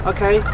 Okay